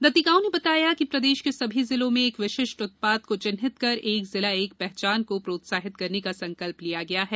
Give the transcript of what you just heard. दत्तीगाँव ने बताया कि प्रदेश के सभी जिले में एक विशिष्ट उत्पाद को चिन्हित कर एक जिला एक पहचान को प्रोत्साहित करने का संकल्प लिया गया है